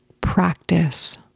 practice